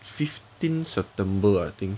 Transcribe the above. fifteen september I think